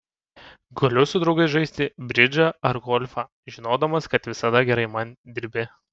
galiu su draugais žaisti bridžą ar golfą žinodamas kad visada gerai man dirbi